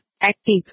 Active